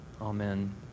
Amen